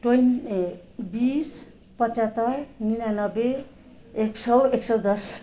twine ए बिस पचहत्तर निनानब्बे एक सय एक सय दस